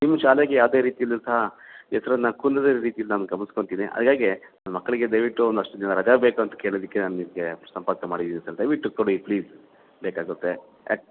ನಿಮ್ಮ ಶಾಲೆಗೆ ಯಾವುದೇ ರೀತಿಲೂ ಸಹ ಹೆಸರನ್ನು ಕುಂದದ ರೀತಿಲಿ ನಾನು ಗಮನಸ್ಕೊಂತೀನಿ ಹಾಗಾಗಿ ನನ್ನ ಮಕ್ಕಳಿಗೆ ದಯವಿಟ್ಟು ಒಂದಷ್ಟು ದಿನ ರಜೆ ಬೇಕೂಂತ ಕೇಳೋದಕ್ಕೆ ನಾನು ನಿಮಗೆ ಸಂಪರ್ಕ ಮಾಡಿದ್ದೀನಿ ಸರ್ ದಯವಿಟ್ಟು ಕೊಡಿ ಪ್ಲೀಸ್ ಬೇಕಾಗುತ್ತೆ